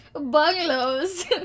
bungalows